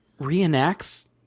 reenacts